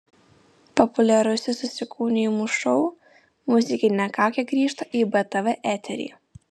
populiarusis įsikūnijimų šou muzikinė kaukė grįžta į btv eterį